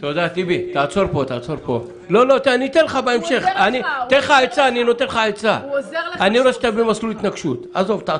20. דבר נוסף,